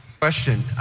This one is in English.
Question